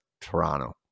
Toronto